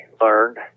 learned